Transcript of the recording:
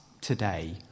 today